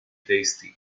tasty